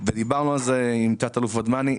ודיברנו על זה עם תת אלוף ודמני,